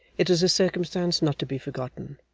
it is a circumstance not to be forgotten,